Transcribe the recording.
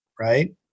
right